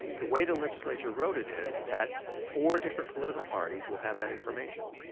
the way the legislature wrote it is that four different political parties will have that information.